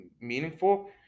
meaningful